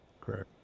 correct